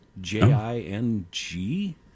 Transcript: j-i-n-g